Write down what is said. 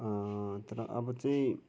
तर अब चाहिँ